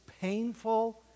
painful